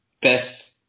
best